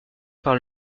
par